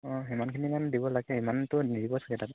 অঁ সিমানখিনিমান দিব লাগে ইমানটো নিদিব চাগে তাত